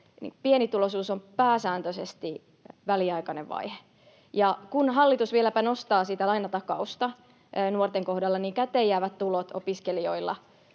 pienituloisuus on pääsääntöisesti väliaikainen vaihe. Ja kun hallitus vieläpä nostaa sitä lainatakausta nuorten kohdalla, niin käteenjäävät tulot opiskelijoilla